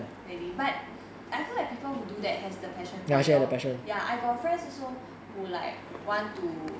really but I feel like people who do that has the passion for it lor ya I got friends also who like want to